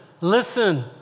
listen